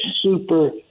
super